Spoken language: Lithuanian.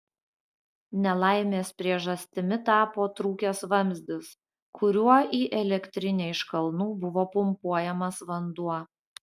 nelaimės priežastimi tapo trūkęs vamzdis kuriuo į elektrinę iš kalnų buvo pumpuojamas vanduo